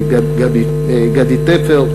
גדי טפר,